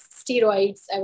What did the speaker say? steroids